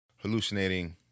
hallucinating